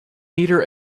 meter